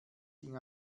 ging